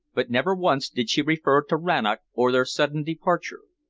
but never once did she refer to rannoch or their sudden departure.